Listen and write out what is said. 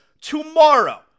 tomorrow